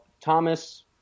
Thomas